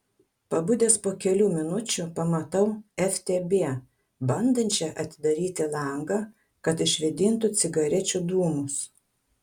pabudęs po kelių minučių pamatau ftb bandančią atidaryti langą kad išvėdintų cigarečių dūmus